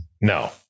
No